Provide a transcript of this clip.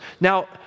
Now